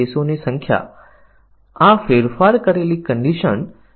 મૂળભૂત સ્થિતિની કવરેજમાં આપણે ફક્ત દરેક ઘટકની સ્થિતિ સાચી અને ખોટી કિંમતો લેવી જોઇએ